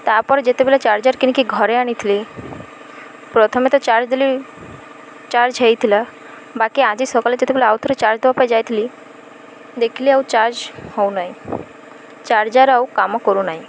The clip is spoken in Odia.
ତା'ପରେ ଯେତେବେଲେ ଚାର୍ଜର କିଣିକି ଘରେ ଆଣିଥିଲି ପ୍ରଥମେ ତ ଚାର୍ଜ ଦେଲି ଚାର୍ଜ ହେଇଥିଲା ବାକି ଆଜି ସକାଳେ ଯେତେବେଳେ ଆଉ ଥରେ ଚାର୍ଜ ଦବାପାଇଁ ଯାଇଥିଲି ଦେଖିଲି ଆଉ ଚାର୍ଜ ହେଉନାହିଁ ଚାର୍ଜର ଆଉ କାମ କରୁନାହିଁ